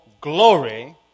glory